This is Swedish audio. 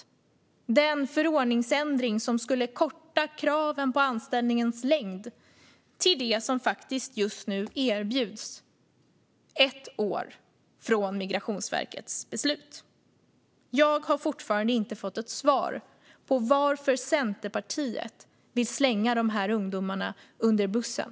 Det är fråga om en förordningsändring som skulle korta kraven på anställningens längd till det som just nu faktiskt erbjuds, nämligen ett år från Migrationsverkets beslut. Jag har fortfarande inte fått svar på varför Centerpartiet vill slänga de här ungdomarna under bussen.